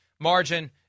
margin